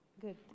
Good